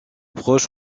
proche